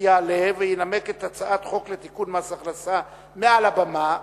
יעלה וינמק את הצעת החוק לתיקון פקודת מס הכנסה מעל הבימה,